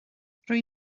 rydw